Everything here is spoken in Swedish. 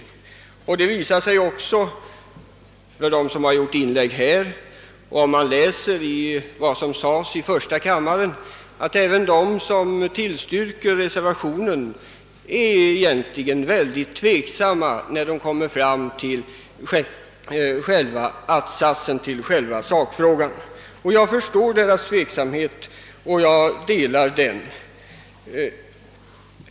Det har också framgått, när man lyssnat till de inlägg som gjorts här i dag och när man läst de inlägg som gjordes i första kammaren, att de som tillstyrker reservationen är mycket tveksamma när de kommer fram till själva att-satsen, till själva sakfrågan. Jag förstår deras tveksamhet och jag är själv tveksam.